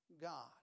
God